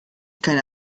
keinen